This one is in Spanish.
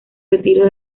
retiro